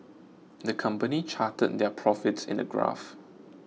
the company charted their profits in a graph